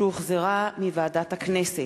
שהחזירה ועדת הכנסת,